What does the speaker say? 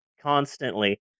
constantly